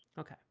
okay